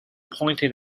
pointed